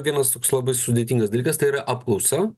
vienas toks labai sudėtingas dalykas tai yra apklausa